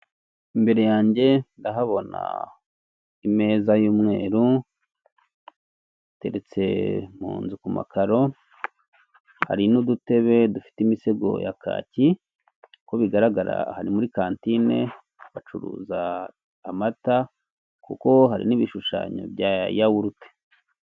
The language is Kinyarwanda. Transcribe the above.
Imbere yanjye ndahabona imeza y'umweru iteretse mu nzu ku makaro hari n'udutebe dufite imisego ya kaki uko bigaragara aha ni muri kantine bacuruza amata kuko hari n'ibishushanyo bya yawurute.